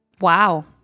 Wow